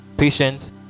Patience